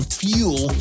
fuel